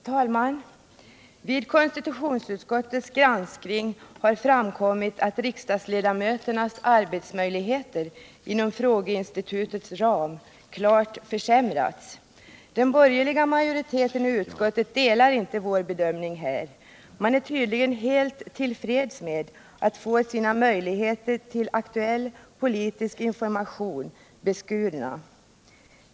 Herr talman! Vid konstitutionsutskottets granskning har framkommit att riksdagsledamöternas arbetsmöjligheter inom frågeinstitutets ram klart försämrats. Den borgerliga majoriteten i utskottet delar inte vår bedömning här. Man är tydligen helt till freds med att få sina möjligheter till aktuell politisk information beskurna.